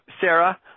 Sarah